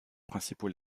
principaux